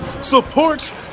support